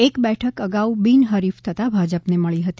એક બેઠક અગાઉ બિનહરીફ થતાં ભાજપ ને મળી હતી